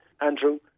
Andrew